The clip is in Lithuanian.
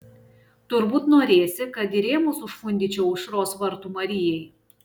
turbūt norėsi kad ir rėmus užfundyčiau aušros vartų marijai